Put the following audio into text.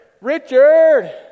Richard